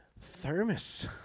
thermos